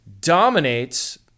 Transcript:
dominates